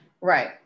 Right